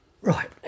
Right